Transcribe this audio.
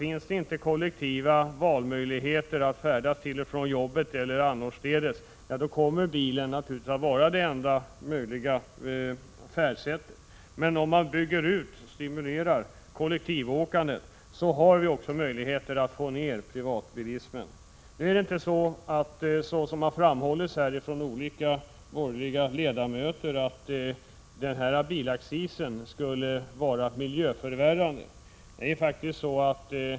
Om det inte finns möjligheter att färdas till och från jobbet eller annorstädes med kollektiva färdmedel, är det klart att bilåkningen naturligtvis kommer att vara det enda möjliga färdsättet. Men om vi bygger ut och stimulerar kollektivtrafiken, har vi också möjlighet att få ned privatbilismen. Nu är det inte så, som det har framhållits av olika borgerliga ledamöter, att bilaccisen bidrar till att försämra miljön.